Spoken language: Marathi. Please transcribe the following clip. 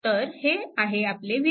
तर हे आहे आपले v1